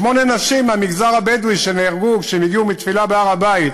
שמונה נשים מהמגזר הבדואי נהרגו כשהגיעו מתפילה בהר-הבית,